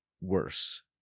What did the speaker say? worse